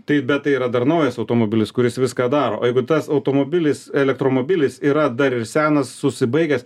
tai bet tai yra dar naujas automobilis kuris viską daro o jeigu tas automobilis elektromobilis yra dar ir senas susibaigęs